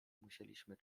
musieliśmy